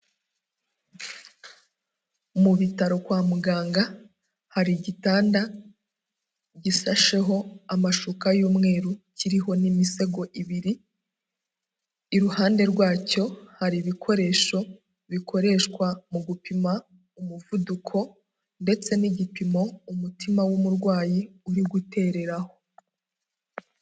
Mu bitaro kwa muganga hari igitanda gisasheho amashuka y'umweru kiriho n'imisego ibiri, iruhande rwacyo hari ibikoresho bikoreshwa mu gupima umuvuduko ndetse n'igipimo umutima w'umurwayi uri gutereraho.